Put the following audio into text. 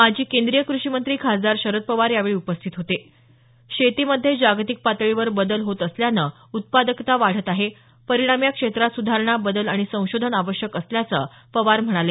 माजी केंद्रीय कृषी मंत्री खासदार शरद पवार यावेळी उपस्थित होते शेतीमध्ये जागतिक पातळीवर बदल होत असल्यानं उत्पादकता वाढत आहे परिणामी या क्षेत्रात सुधारणा बदल आणि संशोधन आवश्यक असल्याचं पवार म्हणाले